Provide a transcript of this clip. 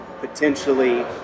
potentially